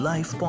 Life